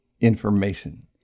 information